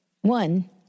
One